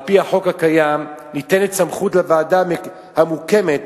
על-פי החוק הקיים ניתנת סמכות לוועדה המוקמת